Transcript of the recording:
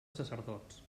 sacerdots